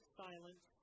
silence